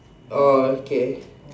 oh okay